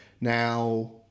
Now